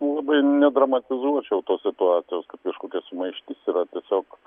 labai nedramatizuočiau tos situacijos kad kažkokia sumaištis yra tiesiog